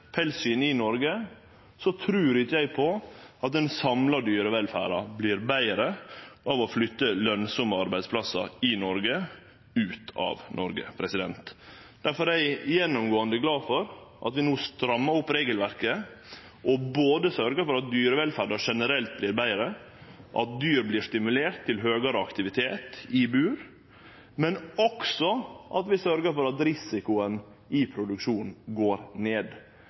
i Noreg, så trur ikkje eg at den samla dyrevelferda vert betre av å flytte lønsame arbeidsplassar i Noreg ut av Noreg. Difor er eg gjennomgåande glad for at vi no strammar opp regelverket og sørgjer for at dyrevelferda generelt vert betre, og at dyr vert stimulerte til høgare aktivitet i bur, men også for at vi sørgjer for at risikoen i produksjonen går ned,